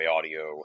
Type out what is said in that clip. Audio